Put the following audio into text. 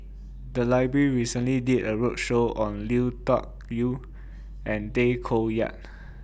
The Library recently did A roadshow on Lui Tuck Yew and Tay Koh Yat